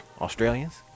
Australians